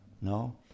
No